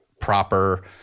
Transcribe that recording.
proper